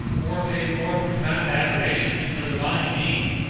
or pays more profound adoration to the divine being,